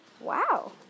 Wow